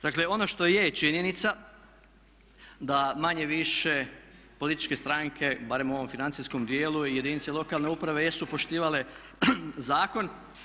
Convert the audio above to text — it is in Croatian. Dakle, ono što je činjenica, da manje-više političke stranke barem u ovom financijskom dijelu i jedinice lokalne uprave jesu poštivale zakon.